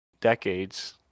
decades